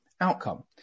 outcome